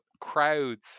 crowds